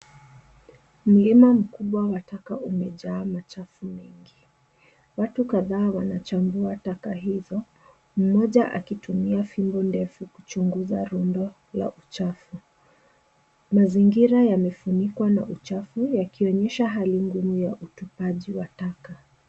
Mlima mkubwa wa taka umejaa machafu mengi. Watu kadhaa wanachambua taka hizo, mmoja akitumia fimbo ndefu kuchunguza rundo la uchafu. Mazingira yamefunikwa na uchafu yakionyesha hali ngumu ya utupaji wa taka.